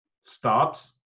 start